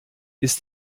ist